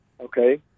Okay